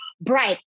bright